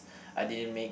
I didn't make